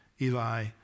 Eli